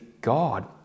God